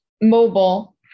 mobile